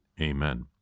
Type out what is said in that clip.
Amen